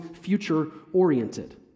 future-oriented